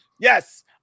yes